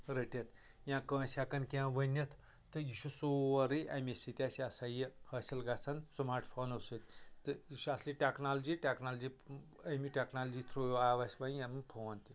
رٔٹِتھ یا کٲنٛسہِ ہٮ۪کان کینٛہہ ؤنِتھ تہٕ یہِ چھُ سورُے امی سۭتۍ یہِ سا یہِ حٲصِل گژھان سمارٹ فونو سۭتۍ تہٕ یہِ چھُ اصلی ٹٮ۪کنالجی ٹٮ۪کنالجی امی ٹٮ۪کنالجی تھروٗ یہِ آو اسہِ وۄنۍ یِم فون تہِ